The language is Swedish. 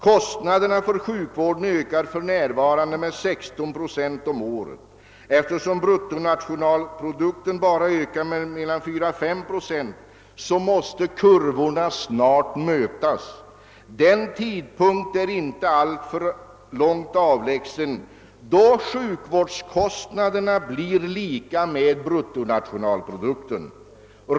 Kostnaderna för sjukvården ökar f.n. med 16 procent om året. Eftersom BPN bara ökar med 4—5 procent måste kurvorna snart mötas. Den tidpunkt är inte alltför långt avlägsen, då sjukvårdskostnaderna blir lika med BPN.